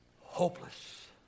hopeless